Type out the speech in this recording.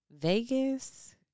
Vegas